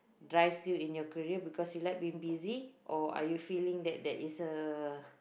drives you in your career because you like being busy or are you feeling that that is a